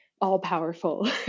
all-powerful